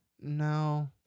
No